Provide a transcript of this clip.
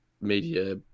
media